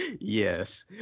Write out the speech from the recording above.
Yes